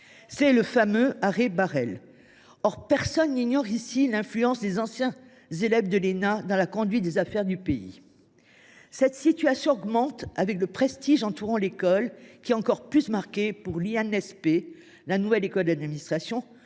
C’est le fameux arrêt. Or personne n’ignore ici l’influence des anciens élèves de l’ENA dans la conduite des affaires du pays. Ce phénomène va croissant avec le prestige entourant l’école : il est plus marqué encore pour l’INSP, la nouvelle école d’administration,